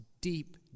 deep